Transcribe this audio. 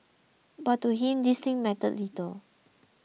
but to him these things mattered little